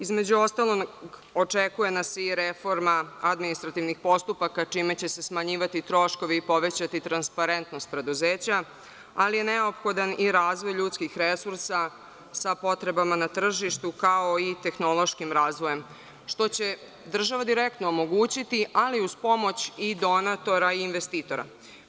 Između ostalog, očekuje nas i reforma administrativnih postupaka čime će smanjivati troškovi i povećati transparentnost preduzeća, ali je neophodan i razvoj ljudskih resursa sa potrebama na tržištu, kao i tehnološkim razvojem, što će država direktno omogućiti, ali uz pomoć i donatora i investitora.